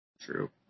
True